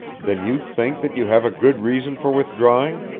then you think that you have a good reason for withdrawing?